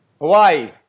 Hawaii